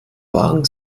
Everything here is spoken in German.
wagen